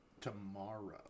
tomorrow